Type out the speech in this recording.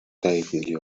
typing